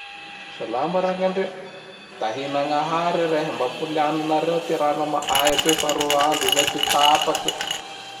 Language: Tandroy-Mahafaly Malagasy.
Salama Ragnandria! Tahi-Nagnahary rehe mba apolianonareo ty rano ama ay atoy fa roa andro zay ty tapake.